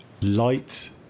light